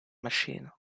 machine